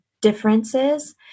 differences